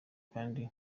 kandi